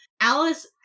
Alice